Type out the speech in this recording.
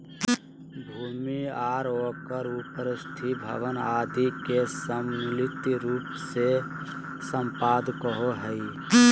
भूमि आर ओकर उपर स्थित भवन आदि के सम्मिलित रूप से सम्पदा कहो हइ